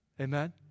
Amen